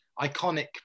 iconic